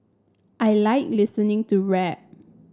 I like listening to rap